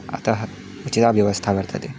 अतः उचिता व्यवस्था वर्तते